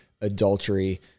adultery